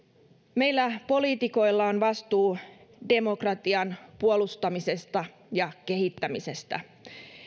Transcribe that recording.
meillä poliitikoilla on vastuu demokratian puolustamisesta ja kehittämisestä